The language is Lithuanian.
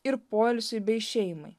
ir poilsiui bei šeimai